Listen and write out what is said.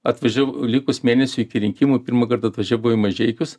atvažiavau likus mėnesiui iki rinkimų pirmąkart atvažiavau į mažeikius